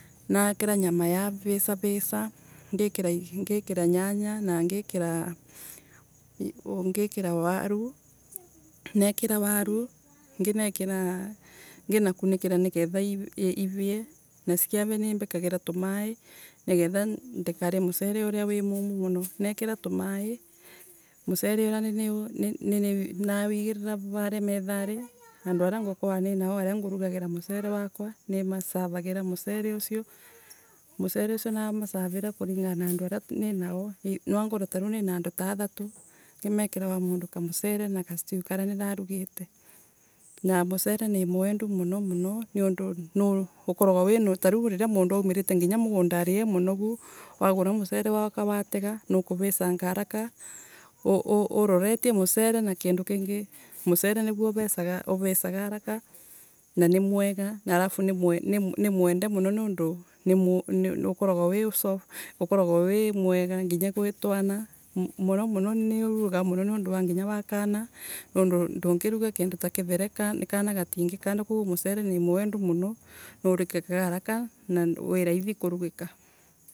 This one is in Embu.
Ni ikina nyama ya visa visa ngikera waru nikena waru nginekanikira nginnya ivie na nimbikagira mai nigetha ndikarie mucele wi munyaru muno nikera tumai mucele ucio niwisarira varia methali andu aria ngukurwa ninao nimasevagina mucele ucio na mucele usio namasavina kulingana na andu aria ninao nwangorwe ta riu ina andu to athatu ngimekiriro mucele na stew iria nirarugite na mucele ni muwendu muno muno ta riria mundu aumirite mugu ntari ai munogu wagura mucele waoka watega wina haraka arorotie muvele na kindu kingi musele niguo uvesaga haraka na ni mwega alfu nimwende muno tondu ni mwega gwi fwana muno muno mwivugaga tondu wa fwana ndungiruga kindu ta kithere tondu kana gatinji kanda mucele nimu wendu muno uvisaga haraka na wi raithi kuvia.